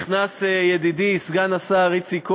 נכנס ידידי סגן השר איציק כהן.